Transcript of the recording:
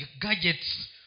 gadgets